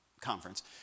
conference